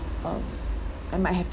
um am I have